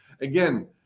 Again